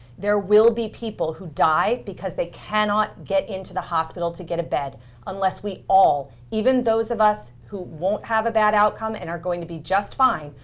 there will be people who die because they cannot get into the hospital to get a bed unless we all, even those of us who won't have a bad outcome and are going to be just fine,